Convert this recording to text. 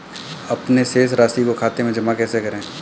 अपने शेष राशि को खाते में जमा कैसे करें?